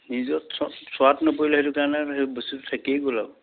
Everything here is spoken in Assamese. নিজৰ চোৱাত নপৰিলে সেইটো কাৰণে সেই বস্তুটো থাকিয়েই গ'ল আৰু